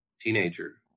teenager